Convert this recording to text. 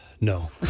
No